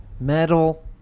Metal